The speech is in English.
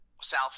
south